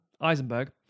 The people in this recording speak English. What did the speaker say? Eisenberg